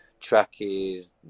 trackies